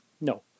No